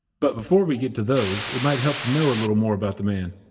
but before we get to those, it might help to know a little more about the man.